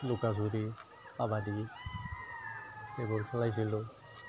লুকা চুৰি কাবাডী এইবোৰ খেলাইছিলোঁ